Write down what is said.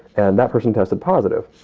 and that person tested positive.